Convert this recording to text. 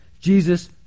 Jesus